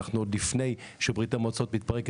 אנחנו עוד לפני שברית המועצות מתפרקת,